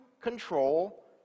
control